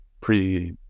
pre